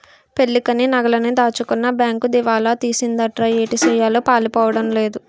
పెళ్ళికని నగలన్నీ దాచుకున్న బేంకు దివాలా తీసిందటరా ఏటిసెయ్యాలో పాలుపోడం లేదు